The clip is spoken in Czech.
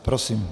Prosím.